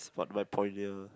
what my point here